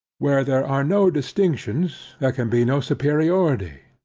where there are no distinctions there can be no superiority,